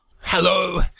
Hello